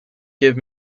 give